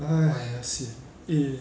!aiya! sian eh